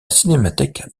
cinémathèque